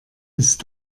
ist